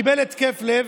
הוא קיבל התקף לב.